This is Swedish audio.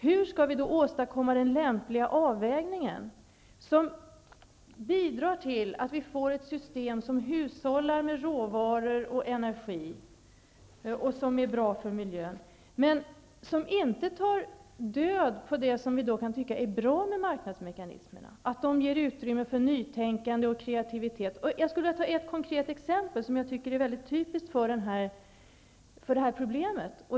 Hur skall vi då åstadkomma den lämpliga avvägningen som bidrar till att vi får ett system som hushållar med råvaror och energi och är bra för miljön, men som inte tar död på det som vi kan tycka är bra med marknadsmekanismerna? De ger utrymme för nytänkande och kreativitet. Jag skulle vilja ta ett konkret exempel som jag tycker är mycket typiskt för det här problemet.